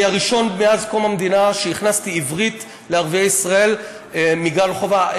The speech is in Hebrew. אני הראשון מאז קום המדינה שהכנסתי עברית לערביי ישראל מגן חובה.